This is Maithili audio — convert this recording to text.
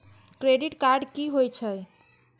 क्रेडिट कार्ड की होई छै?